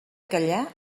callar